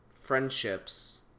friendships